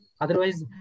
Otherwise